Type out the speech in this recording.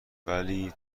ولی